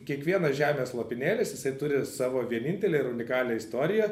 kiekvienas žemės lopinėlis jisai turi savo vienintelę ir unikalią istoriją